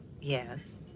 Yes